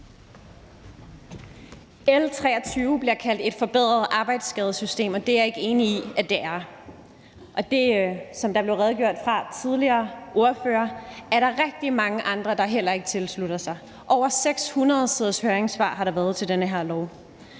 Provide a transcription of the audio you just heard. L 23 bliver kaldt et forbedret arbejdsskadesystem – det er jeg ikke enig i at det er. Som der er blevet redegjort for af tidligere ordførere, er der rigtig mange andre, der heller ikke tilslutter sig de ord. Over 600 siders høringssvar har der været til det her